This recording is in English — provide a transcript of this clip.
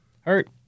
hurt